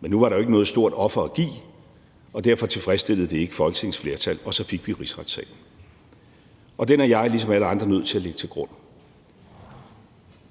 Men nu var der jo ikke noget stort offer at give, og derfor tilfredsstillede det ikke Folketingets flertal, og så fik vi rigsretssagen. Og den er jeg ligesom alle andre nødt til at lægge til grund.